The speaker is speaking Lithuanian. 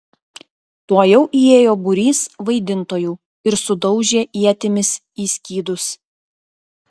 tuojau įėjo būrys vaidintojų ir sudaužė ietimis į skydus